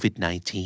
COVID-19